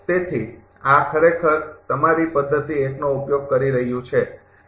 તેથી આ ખરેખર તમારી પદ્ધતિ ૧ નો ઉપયોગ કરી રહ્યું છે